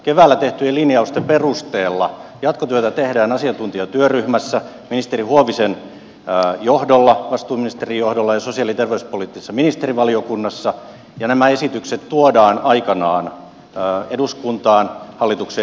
keväällä tehtyjen linjausten perusteella jatkotyötä tehdään asiantuntijatyöryhmässä ministeri huovisen johdolla vastuuministerin johdolla ja sosiaali ja terveyspoliittisessa ministerivaliokunnassa ja nämä esitykset tuodaan aikanaan eduskuntaan hallituksen esityksinä